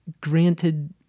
granted